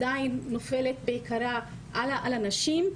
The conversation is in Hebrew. נופלת בעיקרה על הנשים,